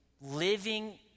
living